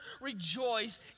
Rejoice